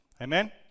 amen